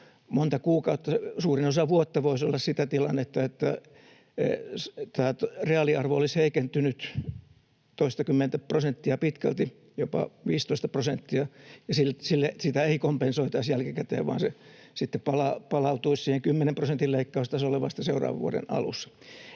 monta kuukautta, suurin osa vuotta voisi olla, sitä tilannetta, että reaaliarvo olisi heikentynyt pitkälti toistakymmentä prosenttia, jopa 15 prosenttia, ja sitä ei kompensoitaisi jälkikäteen, vaan se sitten palautuisi siihen kymmenen prosentin leikkaustasolle vasta seuraavan vuoden alussa.